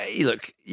look